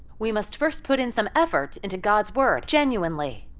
we must first put in some effort into god's word genuinely.